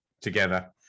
together